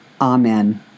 Amen